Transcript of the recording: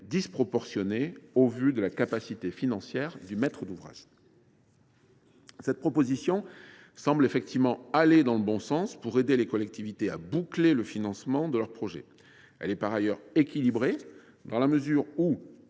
disproportionnée au vu de la capacité financière du maître d’ouvrage. Cette proposition semble effectivement aller dans le bon sens pour aider les collectivités à boucler le financement de leurs projets. Elle est équilibrée, dans la mesure où